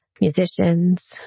musicians